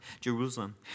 Jerusalem